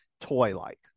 toy-like